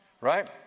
right